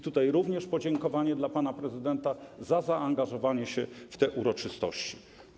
Tutaj również podziękowanie dla pana prezydenta za zaangażowanie się w te uroczystości.